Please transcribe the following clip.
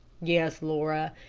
yes, laura.